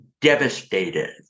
devastated